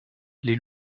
les